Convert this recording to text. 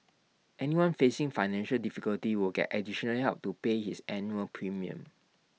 anyone facing financial difficulties will get additional help to pay his annual premium